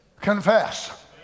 confess